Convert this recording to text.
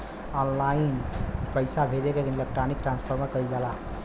online पइसा भेजे के इलेक्ट्रानिक ट्रांसफर कहल जाला